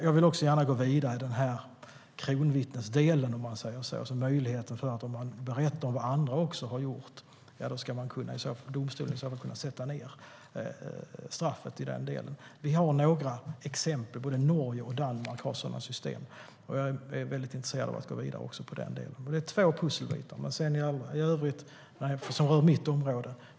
Jag vill gärna gå vidare med frågan om kronvittnen, att domstolen ska kunna sänka straffet om man också berättar vad andra har gjort. Vi har några exempel på det - både Norge och Danmark har sådana system - och jag är mycket intresserad av att gå vidare med det. Det är två pusselbitar som rör mitt område.